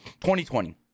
2020